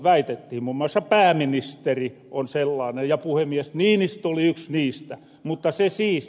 muun muassa pääministeri on sellaanen ja puhemies niinistö oli yks niistä mutta se siitä